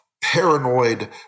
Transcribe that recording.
paranoid